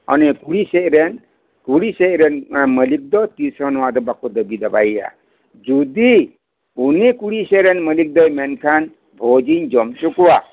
ᱦᱚᱱᱤᱭᱟ ᱠᱩᱲᱤ ᱥᱮᱫ ᱨᱮᱱ ᱠᱩᱲᱤ ᱥᱮᱫ ᱨᱮᱱ ᱢᱟᱹᱞᱤᱠ ᱫᱚ ᱛᱤᱥ ᱦᱚᱸ ᱱᱚᱶᱟ ᱫᱚ ᱵᱟᱝ ᱠᱚ ᱫᱟᱹᱵᱤ ᱫᱟᱵᱟᱭᱮᱭᱟ ᱡᱩᱫᱤ ᱩᱱᱤ ᱠᱩᱲᱤ ᱥᱮᱫ ᱨᱮᱱ ᱢᱟᱹᱞᱤᱠ ᱫᱚᱭ ᱢᱮᱱ ᱠᱷᱟᱱ ᱵᱷᱚᱡᱤᱧ ᱡᱚᱢ ᱚᱪᱚᱠᱚᱣᱟ